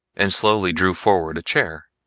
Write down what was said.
and slowly drew forward a chair.